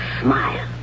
smile